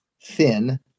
thin